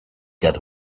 get